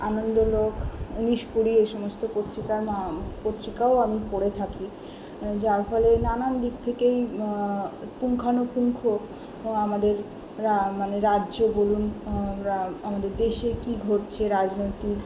আনন্দলোক উনিশ কুড়ি এই সমস্ত পত্রিকার না পত্রিকাও আমি পড়ে থাকি যার ফলে নানান দিক থেকেই পুঙ্খানুপুঙ্খ আমাদের মানে রাজ্য বলুন আমাদের দেশে কী ঘটছে রাজনৈতিক